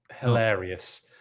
Hilarious